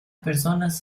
personas